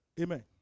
Amen